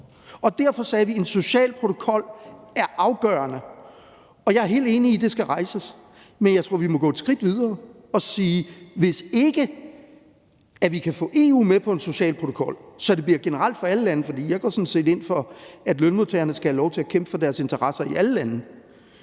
Derfor sagde vi, at en social protokol er afgørende. Og jeg er helt enig i, at spørgsmålet skal rejses, men jeg tror, at vi må gå et skridt videre og sige, at hvis ikke vi kan få EU med på en social protokol, så det bliver generelt for alle lande – for jeg går sådan set ind for, at lønmodtagerne skal have lov til at kæmpe for deres interesser i alle lande